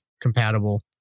compatible